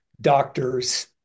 doctors